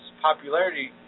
popularity